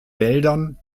wäldern